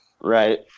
Right